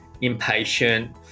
impatient